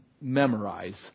memorize